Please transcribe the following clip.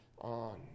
on